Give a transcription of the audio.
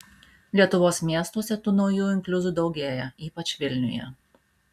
lietuvos miestuose tų naujų inkliuzų daugėja ypač vilniuje